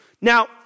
Now